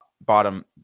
bottom